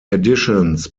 additions